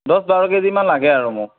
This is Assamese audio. দহ বাৰ কেজিমান লাগে আৰু মোক